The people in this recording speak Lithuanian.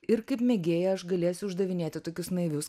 ir kaip mėgėja aš galėsiu uždavinėti tokius naivius